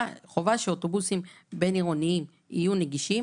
שאוטובוסים בין-עירוניים יהיו נגישים,